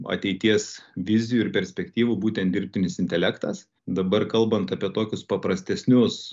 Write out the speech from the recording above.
ateities vizijų ir perspektyvų būtent dirbtinis intelektas dabar kalbant apie tokius paprastesnius